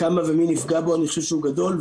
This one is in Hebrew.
כמה ומי נפגע בו, אני חושב שהוא גדול.